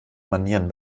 manieren